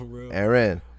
Aaron